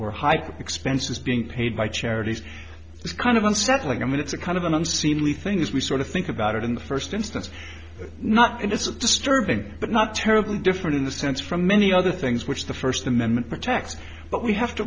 hiking expenses being paid by charities is kind of unsettling i mean it's a kind of an unseemly things we sort of think about it in the first instance not and it's disturbing but not terribly different in the sense from many other things which the first amendment protects but we have to